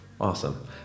Awesome